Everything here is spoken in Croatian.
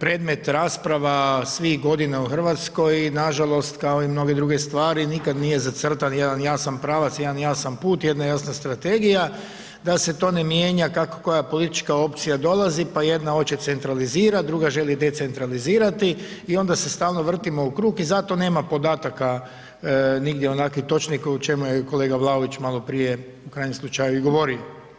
predmet rasprava svih godina u Hrvatskoj i nažalost kao i mnoge druge stvari nikad nije zacrtan jedan jasan pravac, jedan jasan put, jedna jasna strategija da se to ne mijenja kako koja politička opcija dolazi, pa jedna hoće centralizirati, druga želi decentralizirati i onda se stalno vrtimo u krug i zato nema podataka nigdje točnih o čemu je kolega Vlaović maloprije u krajnjem slučaju i govorio.